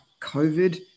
COVID